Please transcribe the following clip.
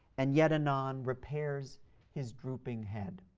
and yet anon repairs his drooping head.